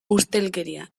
ustelkeria